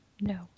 no